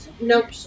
Nope